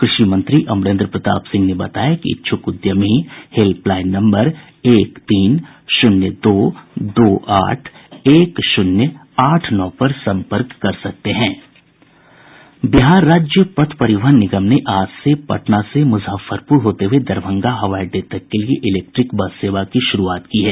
कृषि मंत्री अमरेन्द्र प्रताप सिंह ने बताया कि इच्छुक उद्यमी हेल्पलाईन नम्बर एक तीन शून्य दो दो आठ एक शून्य आठ नौ पर सम्पर्क कर सकते हेंदे बिहार राज्य पथ परिवहन निगम ने आज से पटना से मुजफ्फरपुर होते हुये दरभंगा हवाई अड्डे तक के लिए इलेक्ट्रिक बस सेवा की शुरूआत की है